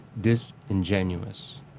disingenuous